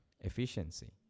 efficiency